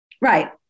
Right